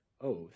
oath